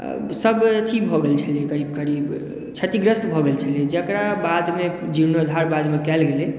सभ अथी भऽ गेल छलै करीब करीब क्षतिग्रस्त भऽ गेल छलै जेकरा बादमे जीर्णोधार बादमे कयल गेलै